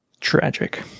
tragic